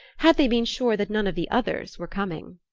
had they been sure that none of the others were coming.